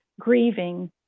grieving